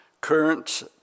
currents